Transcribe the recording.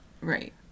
Right